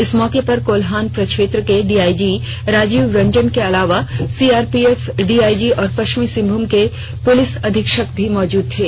इस मौके पर कोल्हान प्रक्षेत्र के डीआइजी राजीव रंजन के अलावा सीआरपीएफ डीआइजी और पश्चिमी सिंहभूम के पुलिस अधीक्षक भी मौजूद थे